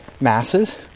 masses